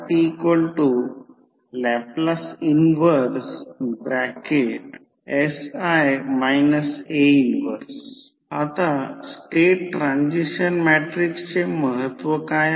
tL 1sI A 1 आता state transition मॅट्रिक्सचे महत्त्व काय आहे